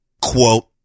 Quote